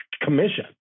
commission